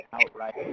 outright